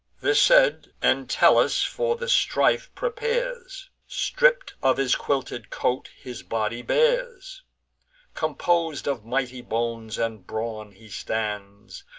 this said, entellus for the strife prepares stripp'd of his quilted coat, his body bares compos'd of mighty bones and brawn he stands,